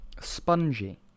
spongy